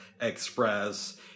express